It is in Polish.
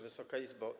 Wysoka Izbo!